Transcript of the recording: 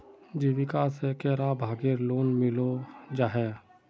जीविका से कैडा भागेर लोन मिलोहो जाहा?